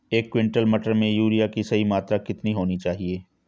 एक क्विंटल मटर में यूरिया की सही मात्रा कितनी होनी चाहिए?